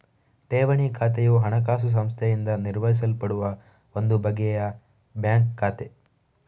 ಠೇವಣಿ ಖಾತೆಯು ಹಣಕಾಸು ಸಂಸ್ಥೆಯಿಂದ ನಿರ್ವಹಿಸಲ್ಪಡುವ ಒಂದು ಬಗೆಯ ಬ್ಯಾಂಕ್ ಖಾತೆ